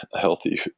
healthy